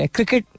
Cricket